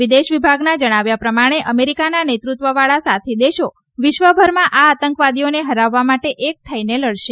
વિદેશ વિલણનાં જણાવ્યા પ્રમાણે અમેરીકાના નેતૃત્વવાળા આથી દેશો વિશ્વભરમાં આ આતંકવાદીઓને હરાવવા માટે એક થઇને લડશે